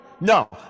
No